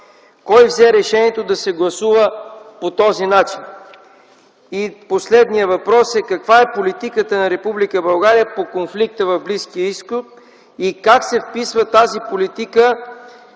Кой взе решението да се гласува по този начин? И последният въпрос е каква е политиката на Република България по конфликта в Близкия Изток и как се вписва тази политика